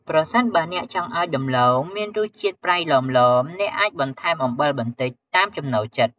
ប្រសិនបើអ្នកចង់ឱ្យដំឡូងមានរសជាតិប្រៃឡមៗ អ្នកអាចបន្ថែមអំបិលបន្តិច តាមចំណូលចិត្ត។